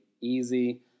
Easy